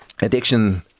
addiction